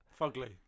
Fugly